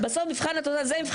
בסוף זה מבחן התוצאה.